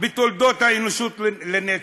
בתולדות האנושות לנצח.